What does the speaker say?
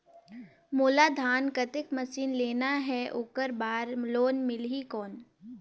मोला धान कतेक मशीन लेना हे ओकर बार लोन मिलही कौन?